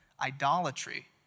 idolatry